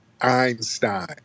Einstein